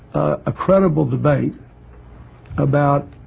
a credible debate about